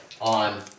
on